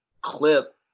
clip